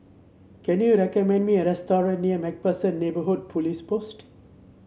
can you recommend me a restaurant near MacPherson Neighbourhood Police Post